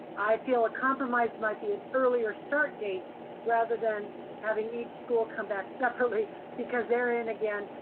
i feel a compromise might be an earlier start date rather than having each school come back separately because there in again,